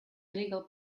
illegal